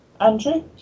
Andrew